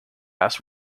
ask